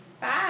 Bye